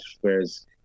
Whereas